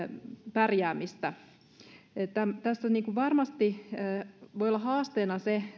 pärjäämistä eli tässä poistopäätöksessä varmasti voi olla haasteena se